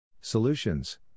Solutions